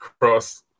cross